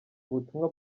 ubutumwa